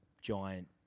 giant